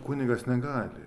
kunigas negali